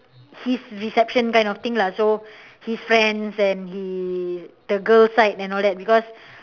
his reception kind of thing lah so his friends and the the girl side because